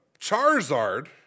Charizard